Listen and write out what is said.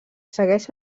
segueix